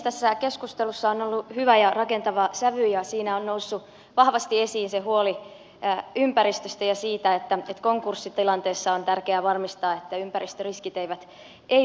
tässä keskustelussa on ollut hyvä ja rakentava sävy ja siinä on noussut vahvasti esiin huoli ympäristöstä ja siitä että konkurssitilanteessa on tärkeää varmistaa että ympäristöriskit eivät lisäänny